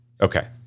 Okay